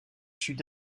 sud